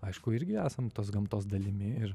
aišku irgi esam tos gamtos dalimi ir